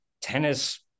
tennis